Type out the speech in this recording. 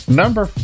number